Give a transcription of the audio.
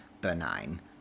Benign